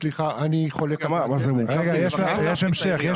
סליחה, אני חולק --- יש המשך.